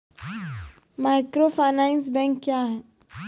Microfinance bank क्या हैं?